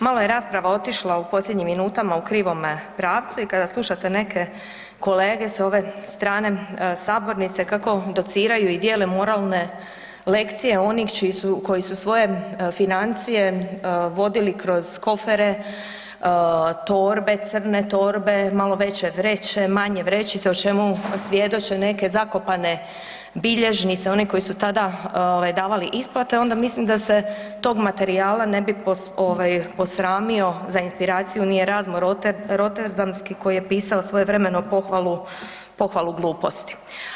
Malo je rasprava otišla u posljednjim minutama u krivome pravcu i kada slušate neke kolege s ove strane sabornice kako dociraju i dijele moralne lekcije onih čiji su, koji su svoje financije vodili kroz kofere, torbe, crne torbe, malo veće vreće, manje vrećice, o čemu svjedoče neke zakopane bilježnice, one koji su tada ovaj davali isplate, onda mislim da se tog materijala ne bi ovaj posramio za inspiraciju ni Erazmo Roterdamski koji je pisao svojevremeno pohvalu, pohvalu gluposti.